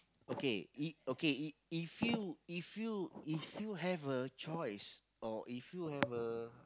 okay E okay E if you if you if you have a choice or if you have a